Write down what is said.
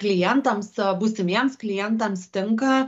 klientams būsimiems klientams tinka